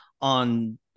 on